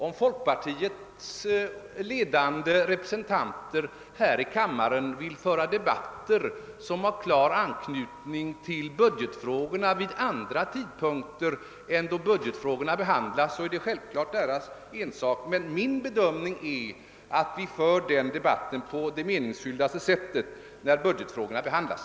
Om folkpartiets ledande representanter här i kammaren vill föra debatter som har klar anknytning till budgetfrågorna vid andra tidpunkter än då budgetfrågorna behandlas, är det själv fallet deras ensak, men min uppfattning är att vi för den debatten på det meningsfullaste sättet när budgetfrågorna behandlas.